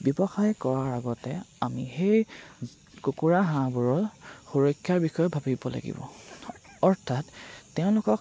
ব্যৱসায় কৰাৰ আগতে আমি সেই কুকুৰা হাঁহবোৰৰ সুৰক্ষাৰ বিষয়ে ভাবিব লাগিব অৰ্থাৎ তেওঁলোকক